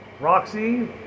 Roxy